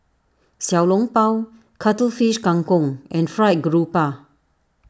Xiao Long Bao Cuttlefish Kang Kong and Fried Grouper